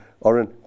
Oren